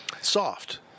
Soft